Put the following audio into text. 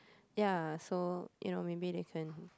ya so you know maybe they can